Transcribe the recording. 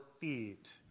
feet